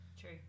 True